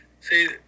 see